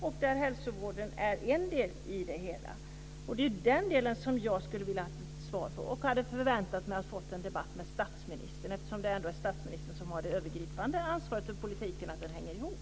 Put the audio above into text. Där är hälsovården en del i det hela, och det är den delen som jag skulle vilja ha ett svar på och som jag hade förväntat mig att få en debatt med statsministern om, eftersom det ändå är statsministern som har det övergripande ansvaret för att politiken hänger ihop.